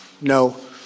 no